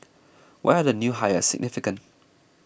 why are the new hires significant